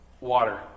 water